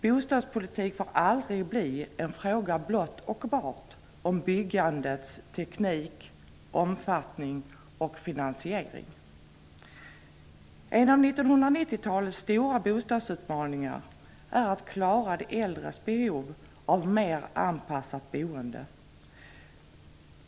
Bostadspolitik får aldrig bli en fråga blott och bart om byggandets teknik, omfattning och finansiering. En av 1990-talets stora bostadsutmaningar är att klara de äldres behov av mer anpassat boende.